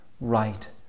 right